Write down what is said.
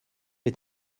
est